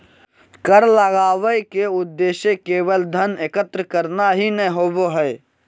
कर लगावय के उद्देश्य केवल धन एकत्र करना ही नय होबो हइ